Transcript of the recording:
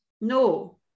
no